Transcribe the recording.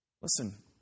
Listen